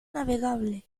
navegable